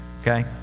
Okay